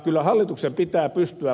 kyllä hallituksen pitää pystyä